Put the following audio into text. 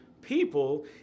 people